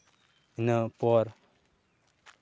ᱤᱱᱟᱹ ᱯᱚᱨ